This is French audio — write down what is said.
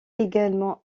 également